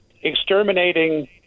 exterminating